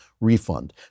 refund